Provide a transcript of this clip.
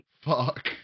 Fuck